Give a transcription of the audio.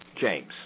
James